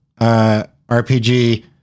RPG